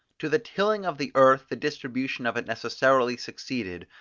to the tilling of the earth the distribution of it necessarily succeeded,